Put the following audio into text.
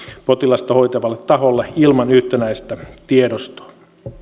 potilasta hoitavalle taholle ilman yhtenäistä tiedostoa